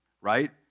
right